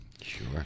Sure